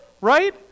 Right